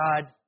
God